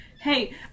hey